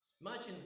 Imagine